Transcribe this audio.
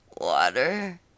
Water